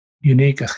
unique